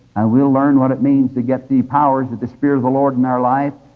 and we'll learn what it means to get the powers of the spirit of the lord in our lives.